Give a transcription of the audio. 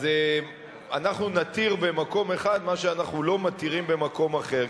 אז אנחנו נתיר במקום אחד מה שאנחנו לא מתירים במקום אחר.